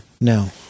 No